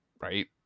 right